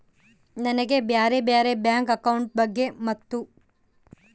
ನನಗೆ ಬ್ಯಾರೆ ಬ್ಯಾರೆ ಬ್ಯಾಂಕ್ ಅಕೌಂಟ್ ಬಗ್ಗೆ ಮತ್ತು?